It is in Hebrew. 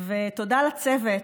תודה לצוות,